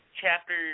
chapter